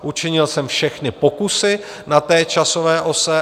Učinil jsem všechny pokusy na té časové ose.